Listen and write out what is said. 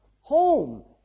home